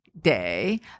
day